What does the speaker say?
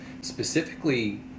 specifically